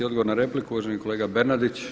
Odgovor na repliku, uvaženi kolega Bernardić.